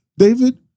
David